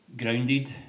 grounded